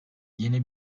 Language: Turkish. yeni